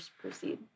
proceed